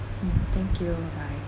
thank you bye bye